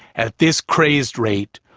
at this crazed rate,